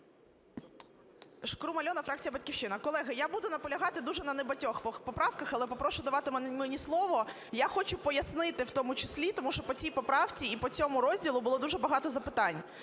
Шкрум Альона, фракція "Батьківщина". Колеги, я буду наполягати дуже на небагатьох поправках, але попрошу давати мені слово. Я хочу пояснити в тому числі, тому що по цій поправці і по цьому розділу було дуже багато запитань.